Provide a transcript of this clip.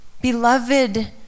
beloved